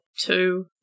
Two